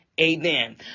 amen